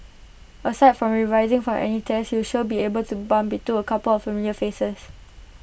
aside from revising for any tests you shall be sure to bump into A couple of familiar faces